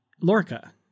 Lorca